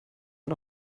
man